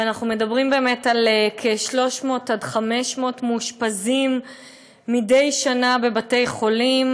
אנחנו מדברים על 300 500 מאושפזים שמתים מדי שנה בבתי-חולים